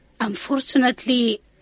unfortunately